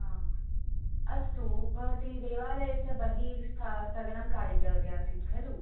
हा अस्तु भवती देवालयस्य बहिर्स्त स्थगनं कारितवती आसीत् खलु